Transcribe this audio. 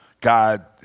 God